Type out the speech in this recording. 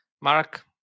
Mark